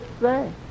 say